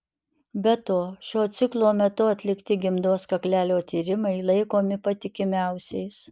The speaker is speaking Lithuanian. be to šiuo ciklo metu atlikti gimdos kaklelio tyrimai laikomi patikimiausiais